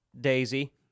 Daisy